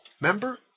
Remember